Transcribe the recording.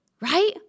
right